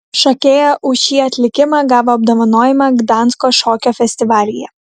šokėja už šį atlikimą gavo apdovanojimą gdansko šokio festivalyje